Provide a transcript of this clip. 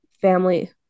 family